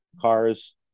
cars